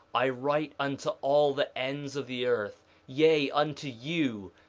i write unto all the ends of the earth yea, unto you,